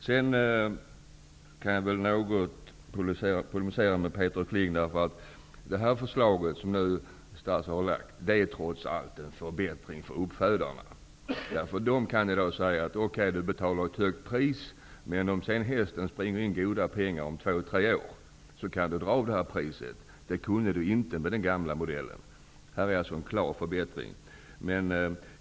Sedan vill jag i polemik mot Peter Kling säga att det förslag som statsrådet nu lagt fram trots allt innebär en förbättring för uppfödarna. De kan visserligen säga att hästen betingar ett högt pris, men om den om två eller tre år springer in goda pengar kan inköpspriset dras av mot vinsten. Det var inte möjligt enligt den gamla modellen. Här blir det alltså en klar förbättring.